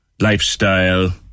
Lifestyle